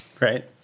Right